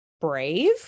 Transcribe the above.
Brave